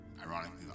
Ironically